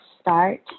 start